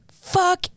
Fuck